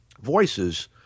voices